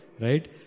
right